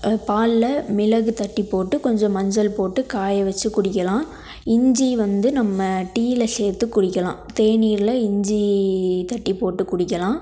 பாலில் மிளகு தட்டி போட்டு கொஞ்சம் மஞ்சள் போட்டு காய வச்சி குடிக்கலாம் இஞ்சி வந்து நம்ம டீயில் சேர்த்து குடிக்கலாம் தேநீரில் இஞ்சி தட்டி போட்டு குடிக்கலாம்